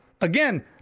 again